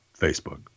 Facebook